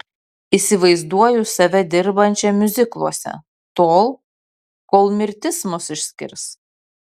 įsivaizduoju save dirbančią miuzikluose tol kol mirtis mus išskirs